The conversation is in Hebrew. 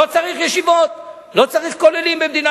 רוב הציבור בארץ, גם בקואליציה של הכנסת